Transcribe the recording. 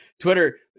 Twitter